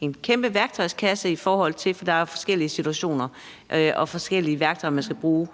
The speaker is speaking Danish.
en kæmpe værktøjskasse, for der er jo forskellige situationer, og det er forskellige værktøjer, man skal bruge,